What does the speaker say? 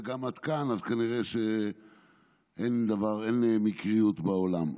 וגם את כאן אז כנראה שאין מקריות בעולם,